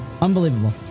Unbelievable